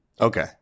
okay